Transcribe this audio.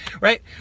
Right